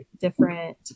different